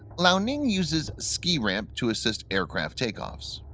liaoning uses ski ramp to assist aircraft takeoffs.